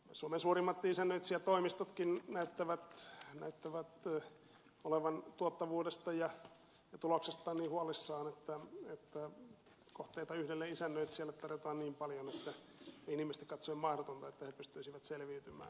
suomen suurimmat isännöitsijätoimistotkin näyttävät olevan tuottavuudesta ja tuloksestaan niin huolissaan että kohteita yhdelle isännöitsijälle tarjotaan niin paljon että on inhimillisesti katsoen mahdotonta että he pystyisivät selviytymään